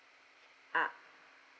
ah